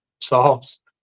solves